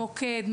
מוקד,